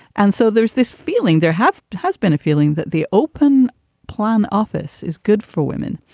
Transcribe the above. and so there's this feeling there have has been a feeling that the open plan office is good for women.